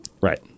Right